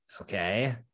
Okay